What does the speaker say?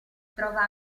trova